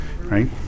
right